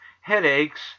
headaches